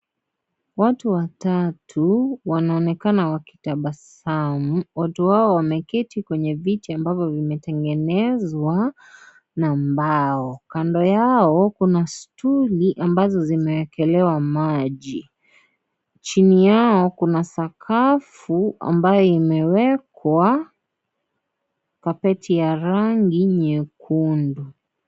Watu watatu, wanaonekana wakitabasamu. Watu hawa wameketi kwenye viti ambavyo vimetengenezwa na mbao. Kando yao kuna stool ambazo zimeekelewa maji. Chini yao kuna sakafu ambayo imewekwa carpet ya rangi nyekundu.